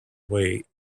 way